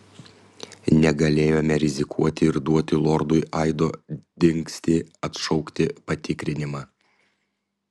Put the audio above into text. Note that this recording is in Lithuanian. negalėjome rizikuoti ir duoti lordui aido dingstį atšaukti patikrinimą